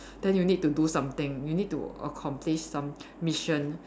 then you need to do something you need to accomplish some mission